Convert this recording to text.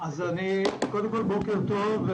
בוקר טוב.